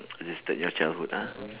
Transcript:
existed in your childhood ah